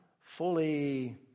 fully